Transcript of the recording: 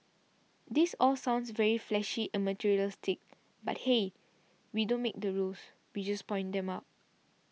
this all sounds very flashy and materialistic but hey we don't make the rules we just point them out